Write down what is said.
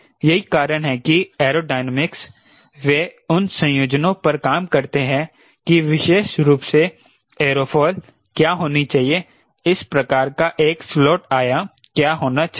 यही कारण है कि एयरोडायनामिक्स वे उन संयोजनों पर काम करते हैं कि विशेष रूप से एयरोफॉयल क्या होनी चाहिए इस प्रकार का एक स्लॉट आयाम क्या होना चाहिए